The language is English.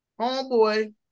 Homeboy